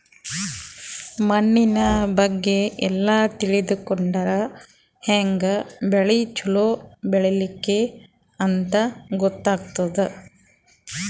ಮಣ್ಣಿನ್ ಬಗ್ಗೆ ಎಲ್ಲ ತಿಳ್ಕೊಂಡರ್ ಹ್ಯಾಂಗ್ ಬೆಳಿ ಛಲೋ ಬೆಳಿಬೇಕ್ ಅಂತ್ ಗೊತ್ತಾಗ್ತದ್